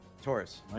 Taurus